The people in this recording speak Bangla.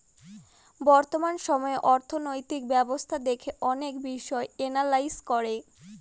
বর্তমান সময়ে অর্থনৈতিক ব্যবস্থা দেখে অনেক বিষয় এনালাইজ করে